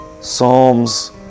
Psalms